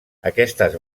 aquestes